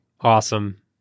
Awesome